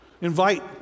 Invite